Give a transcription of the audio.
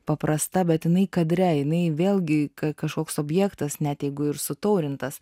paprasta bet jinai kadre jinai vėlgi kažkoks objektas net jeigu ir sutaurintas